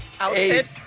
Outfit